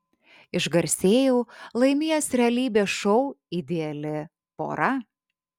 išgarsėjau laimėjęs realybės šou ideali pora